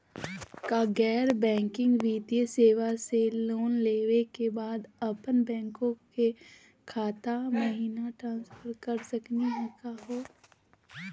का गैर बैंकिंग वित्तीय सेवाएं स लोन लेवै के बाद अपन बैंको के खाता महिना ट्रांसफर कर सकनी का हो?